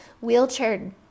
wheelchair